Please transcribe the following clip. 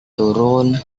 turun